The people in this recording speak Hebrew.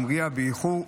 המריאה באיחור,